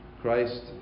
Christ